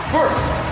First